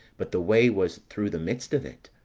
but the way was through the midst of it.